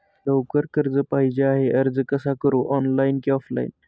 लवकर कर्ज पाहिजे आहे अर्ज कसा करु ऑनलाइन कि ऑफलाइन?